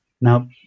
now